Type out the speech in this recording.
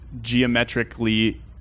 geometrically